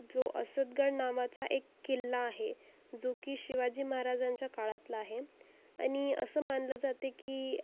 जो असदगड नावाचा एक किल्ला आहे जो की शिवाजी महाराजांच्या काळातला आहे आणि असं मानलं जाते की